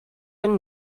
been